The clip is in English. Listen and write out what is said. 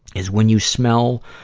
is when you smell,